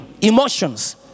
emotions